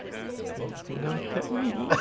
know what that means.